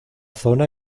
zona